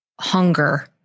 hunger